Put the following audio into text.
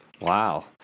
wow